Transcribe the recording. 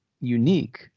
unique